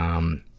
um,